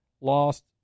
Lost